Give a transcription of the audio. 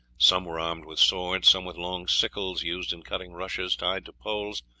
some were armed with swords, some with long sickles, used in cutting rushes, tied to poles,